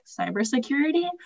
cybersecurity